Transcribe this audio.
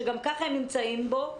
שגם ככה הם נמצאים בו כרגע.